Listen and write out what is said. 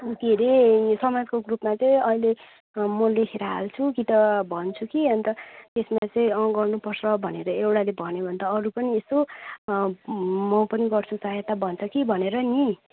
के हरे समाजको ग्रुपमा चाहिँ अहिले म लेखेर हाल्छु कि त भन्छु कि अन्त त्यसमा चाहिँ अँ गर्नु पर्छ भनेर एउटाले भन्यो भने त अरू पनि यसो म पनि गर्छु सहायता भन्छ कि भनेर नि